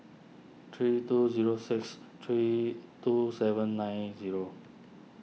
three two zero six three two seven nine zero